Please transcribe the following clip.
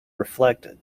reflect